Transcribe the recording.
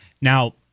Now